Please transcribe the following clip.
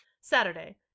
Saturday